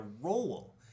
role